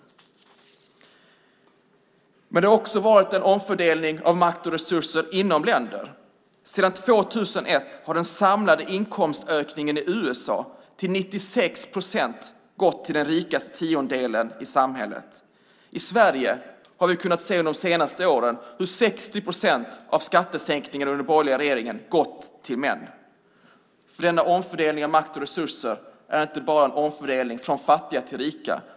Men det har också varit en omfördelning inom länder. Sedan 2001 har de samlade inkomstökningarna i USA till 96 procent gått till den rikaste tiondelen i samhället. I Sverige har vi de senaste åren kunnat se hur 60 procent av skattesänkningarna under den borgerliga regeringens gått till män. Denna omfördelning av makt och resurser är nämligen inte bara en omfördelning från fattiga till rika.